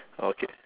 okay